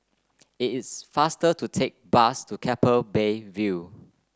it is faster to take bus to Keppel Bay View